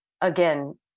again